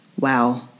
wow